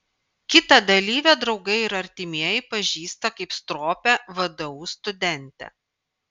kitą dalyvę draugai ir artimieji pažįsta kaip stropią vdu studentę